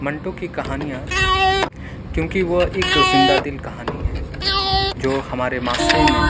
منٹو کی کہانیاں کیونکہ وہ ایک زندہ دل کہانی ہے جو ہمارے معاشرے میں